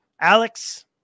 Alex